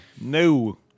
No